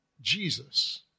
Jesus